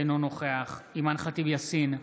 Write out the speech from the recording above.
אינו נוכח אימאן ח'טיב יאסין,